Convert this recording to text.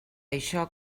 això